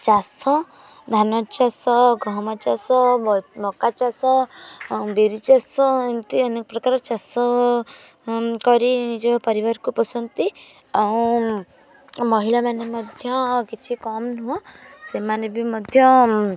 ଚାଷ ଧାନଚାଷ ଗହମ ଚାଷ ମକା ଚାଷ ବିରି ଚାଷ ଏମିତି ଅନେକ ପ୍ରକାର ଚାଷ କରି ନିଜ ପରିବାରକୁ ପୋଷନ୍ତି ଆଉ ମହିଳାମାନେ ମଧ୍ୟ କିଛି କମ୍ ନୁହଁ ସେମାନେ ବି ମଧ୍ୟ